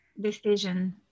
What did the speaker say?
decision